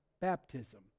baptism